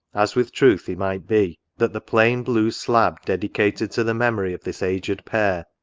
as with truth he might be, that the plain blue slab dedicated to the memory of this aged pair,